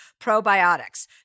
probiotics